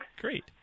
great